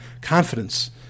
confidence